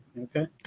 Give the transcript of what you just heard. Okay